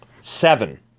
Seven